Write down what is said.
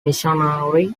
missionary